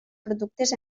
productes